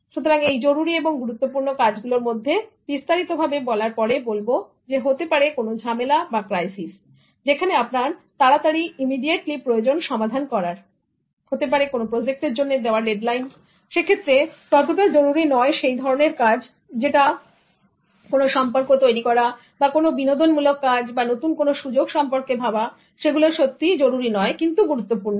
সুতরাং এই জরুরী এবং গুরুত্বপূর্ণ কাজ গুলোর মধ্যে বিস্তারিতভাবে বলার পরে বলব হতে পারে কোন ঝামেলা ক্রাইসিস যেখানে আপনার তাড়াতাড়িইমিডিয়েটলি প্রয়োজন সমাধান করার হতে পারে কোন প্রোজেক্টের জন্য দেওয়া ডেডলাইন সেক্ষেত্রে যে ততটা জরুরি নয় সেই ধরনের কাজ হতে পারে সেটা কোনো সম্পর্ক তৈরি করা বা কোনো বিনোদনমূলক কাজ বা নতুন কোনো সুযোগ সম্পর্কে ভাবা যেগুলো সত্যিই জরুরী নয় কিন্তু খুব গুরুত্বপূর্ণ